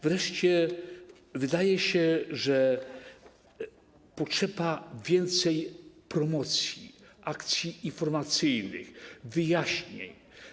Wreszcie wydaje się, że potrzeba więcej promocji, akcji informacyjnych, wyjaśnień.